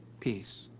peace